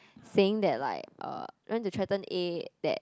saying that like uh went to threaten A that